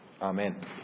Amen